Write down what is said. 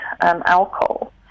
alcohol